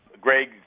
Greg